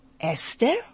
Esther